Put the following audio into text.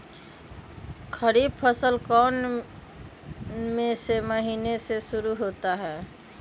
खरीफ फसल कौन में से महीने से शुरू होता है?